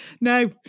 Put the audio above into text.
No